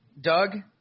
Doug